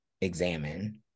examine